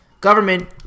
government